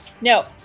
No